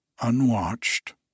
unwatched